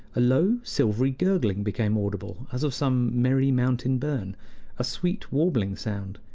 a low, silvery gurgling became audible, as of some merry mountain burn a sweet, warbling sound,